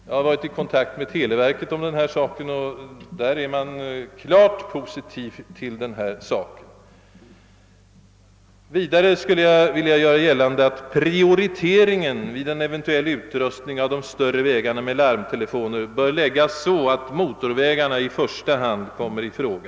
Jag har varit i kontakt med televerket i denna fråga, och man ställer sig där klart positiv till tanken. Jag skulle vidare vilja göra gällande att prioriteringen vid en eventuell utrustning av de större vägarna med larmtelefoner bör utformas så att i första hand motorvägarna kommer i fråga.